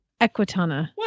Equitana